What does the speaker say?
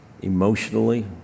Emotionally